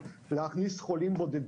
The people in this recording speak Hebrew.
אתה פתרת את הבעיה של אישור הוועדה.